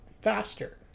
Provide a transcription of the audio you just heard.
faster